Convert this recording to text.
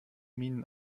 minen